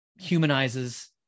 humanizes